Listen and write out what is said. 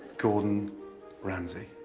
gordon ramsay.